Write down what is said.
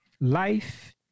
life